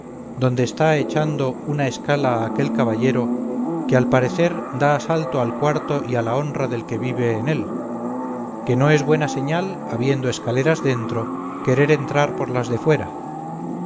don cleofás donde está echando una escala aquel caballero que al parecer da asalto al cuarto y a la honra del que vive en él que no es buena señal habiendo escaleras dentro querer entrar por las de fuera